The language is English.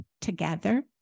together